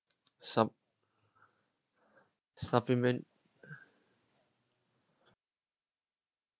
some supplement